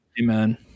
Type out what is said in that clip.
Amen